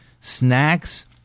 Snacks